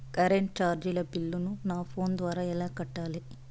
Current చార్జీల బిల్లును, నా ఫోను ద్వారా ఎలా కట్టాలి?